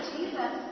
Jesus